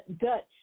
Dutch